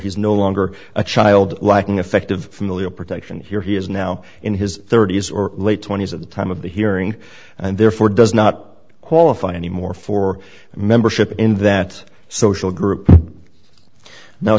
is no longer a child lacking effective familial protection here he is now in his thirty's or late twenty's at the time of the hearing and therefore does not qualify anymore for membership in that social group now